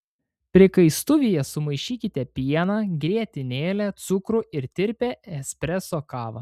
prikaistuvyje sumaišykite pieną grietinėlę cukrų ir tirpią espreso kavą